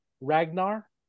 Ragnar